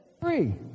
free